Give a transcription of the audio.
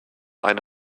eine